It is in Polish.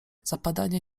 zapadanie